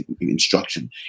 instruction